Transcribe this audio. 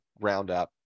roundup